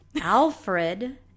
alfred